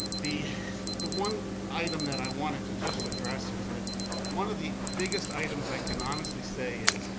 the the one item that i wanted to just address is that one of the biggest items i can honestly say is,